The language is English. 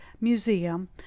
museum